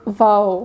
wow